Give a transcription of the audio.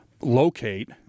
locate